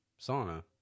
sauna